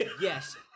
yes